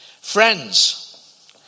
Friends